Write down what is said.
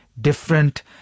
different